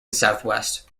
southwest